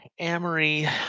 Amory